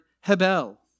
Hebel